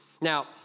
Now